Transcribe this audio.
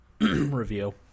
review